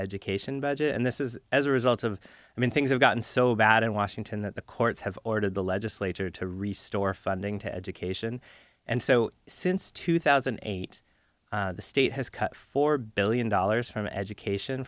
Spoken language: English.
education budget and this is as a result of i mean things have gotten so bad in washington that the courts have ordered the legislature to restore funding to education and so since two thousand and eight the state has cut four billion dollars from education